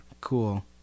Cool